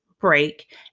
break